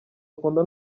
akunda